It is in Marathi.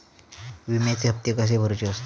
विम्याचे हप्ते कसे भरुचे असतत?